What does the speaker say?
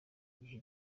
gihe